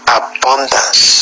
abundance